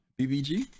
BBG